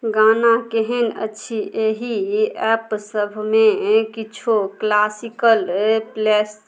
गाना केहन अछि एहि एप सबमे किछु क्लासिकल प्लेस